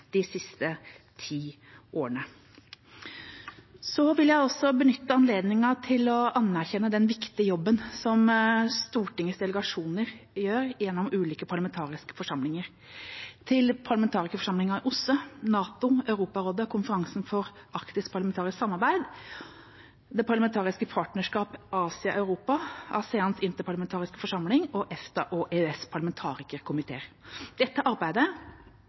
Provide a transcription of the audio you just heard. de siste ti årene. Så vil jeg også benytte anledninga til å anerkjenne den viktige jobben som Stortingets delegasjoner gjør gjennom ulike parlamentariske forsamlinger. Til parlamentarikerforsamlingen OSSE, NATO, Europarådet, Konferansen for arktisk parlamentarisk samarbeid, det parlamentariske partnerskap Asia-Europa, ASEANs interparlamentariske forsamling og EFTA- og EØS-parlamentarikerkomiteene. Dette arbeidet